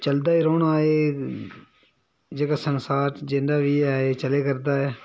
चलदा ही रौह्ना एह् जेह्का संसार च जिन्ना बी ऐ एह् चलै करदा ऐ